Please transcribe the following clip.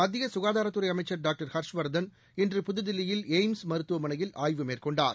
மத்திய சுகாதாரத்துறை அமைச்சர் டாக்டர் ஹர்ஷவர்தன் இன்று புதுதில்லியில் எய்ம்ஸ் மருத்துவமனையில் ஆய்வு மேற்கொண்டார்